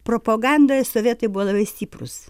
propagandoje sovietai buvo labai stiprūs